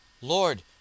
Lord